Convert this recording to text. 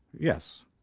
yes.